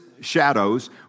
shadows